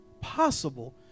possible